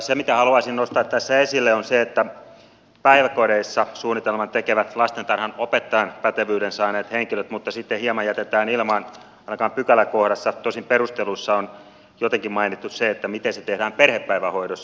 se mitä haluaisin nostaa tässä esille on se että päiväkodeissa suunnitelman tekevät lastentarhanopettajan pätevyyden saaneet henkilöt mutta sitten hieman jätetään ilmaan ainakaan ei ole pykäläkohdassa tosin perusteluissa on jotenkin mainittu se miten se tehdään perhepäivähoidossa